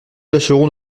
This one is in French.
tâcherons